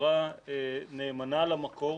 בצורה נאמנה למקור,